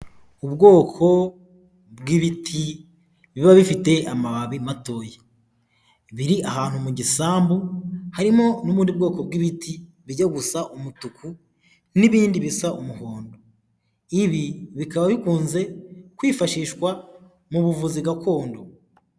Ubwoko bw'ibiti biba bifite amababi matoya, biri ahantu mu gisambu. Harimo n'ubundi bwoko bw'ibiti bijya gusa umutuku n'ibindi bisa umuhondo. Ibi bikaba bikunze kwifashishwa mu buvuzi gakondo.